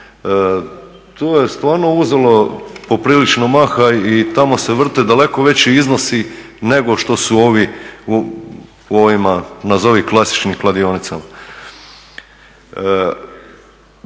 to je stvarno uzelo poprilično maha i tamo se vrte daleko veći iznosi nego što su ovi u ovima klasičnim kladionicama.